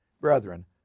Brethren